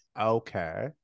Okay